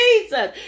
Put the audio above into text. Jesus